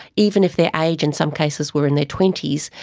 even if their age in some cases were in their twenty s,